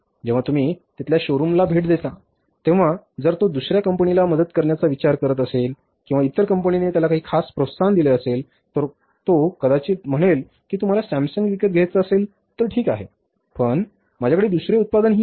जेव्हा तुम्ही तिथल्या शोरूमला भेट देता तेव्हा जर तो दुसर्या कंपनीला मदत करण्याचा विचार करत असेल किंवा इतर कंपनीने त्याला काही खास प्रोत्साहन दिले असेल तर तो कदाचित म्हणेल की तुम्हाला सॅमसंग विकत घ्यायचा असेल तर ठीक आहे पण माझ्याकडे दुसरे उत्पादनही आहे